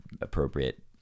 appropriate